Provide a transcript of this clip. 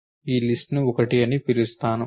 ఈ లిస్ట్ ను 1 అని పిలుస్తాను